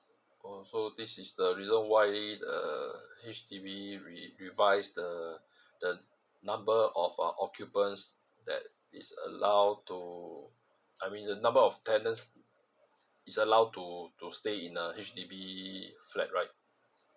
oo so this is the reason why err H_D_B re~ revise the the number of uh occupants that is allowed to I mean the number of tenant is allowed to to stay in a H_D_B flat right